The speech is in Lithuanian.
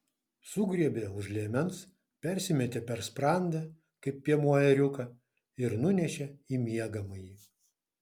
sugriebė už liemens persimetė per sprandą kaip piemuo ėriuką ir nunešė į miegamąjį